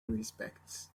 respects